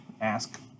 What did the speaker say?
ask